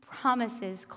promises